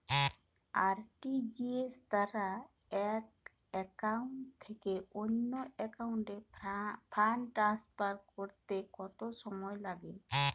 RTGS দ্বারা এক account থেকে অন্য একাউন্টে ফান্ড ট্রান্সফার করতে কত সময় লাগে?